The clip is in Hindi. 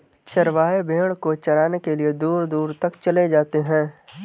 चरवाहे भेड़ को चराने के लिए दूर दूर तक चले जाते हैं